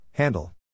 Handle